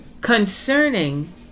Concerning